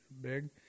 Big